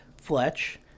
fletch